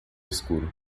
escuro